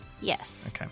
Yes